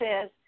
says